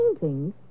Paintings